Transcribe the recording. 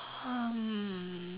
um